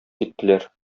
киттеләр